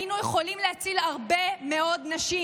היינו יכולים להציל הרבה מאוד נשים.